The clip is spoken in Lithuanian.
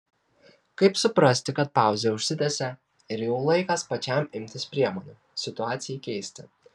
kaip suprasti kad pauzė užsitęsė ir jau laikas pačiam imtis priemonių situacijai keisti